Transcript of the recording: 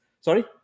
Sorry